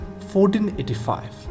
1485